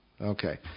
Okay